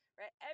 right